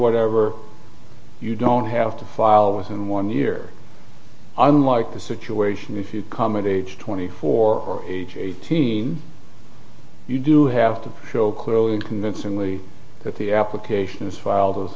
whatever you don't have to file within one year unlike the situation if you come at age twenty four age eighteen you do have to show clearly and convincingly that the application is f